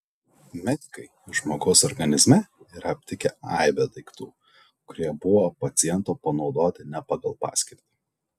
medikai žmogaus organizme yra aptikę aibę daiktų kurie buvo paciento panaudoti ne pagal paskirtį